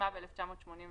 התשמ"ב-1981